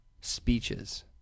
speeches